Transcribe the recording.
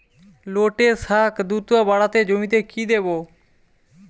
লটে শাখ দ্রুত বাড়াতে জমিতে কি দেবো?